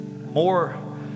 more